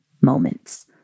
moments